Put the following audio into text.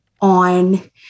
on